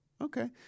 okay